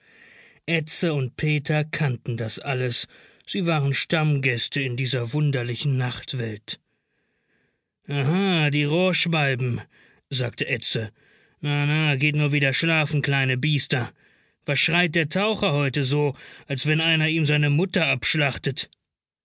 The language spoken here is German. edse und peter kannten das alles sie waren stammgäste in dieser wunderlichen nachtwelt aha die rohrschwalben sagte edse na na geht nur wieder schlafen kleine biester was schreit der taucher heute so als wenn einer ihm seine mutter abschlachtet